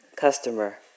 Customer